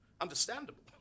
Understandable